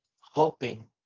hoping